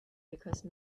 because